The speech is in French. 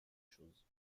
choses